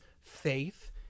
faith